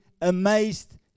amazed